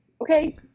Okay